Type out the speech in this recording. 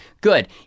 good